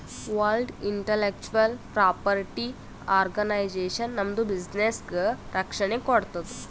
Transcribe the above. world intellectual property organisation ನಮ್ದು ಬಿಸಿನ್ನೆಸ್ಗ ರಕ್ಷಣೆ ಕೋಡ್ತುದ್